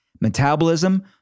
metabolism